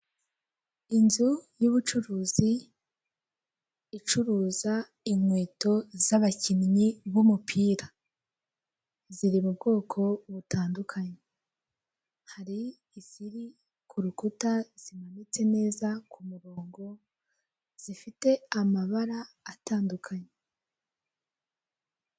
Inzu y'ubucuruzi icuruza inkweto z'abakinnyi b'umupira ziri mu bwoko butandukanye, hari iziri ku rukuta zimanitse neza ku murongo zifite amabara atandukanye.